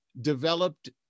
developed